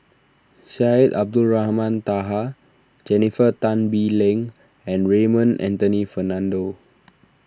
Syed Abdulrahman Taha Jennifer Tan Bee Leng and Raymond Anthony Fernando